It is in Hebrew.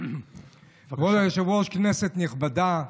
כבוד היושב-ראש, כנסת נכבדה,